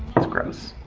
it's gross,